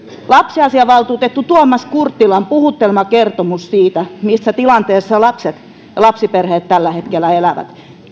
lapsiasiavaltuutettu tuomas kurttilan puhutteleva kertomus siitä missä tilanteessa lapset ja lapsiperheet tällä hetkellä elävät